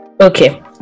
Okay